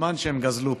הזמן שהם גזלו פה,